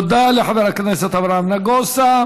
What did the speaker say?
תודה לחבר הכנסת אברהם נגוסה.